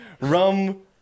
Rum